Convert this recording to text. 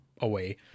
away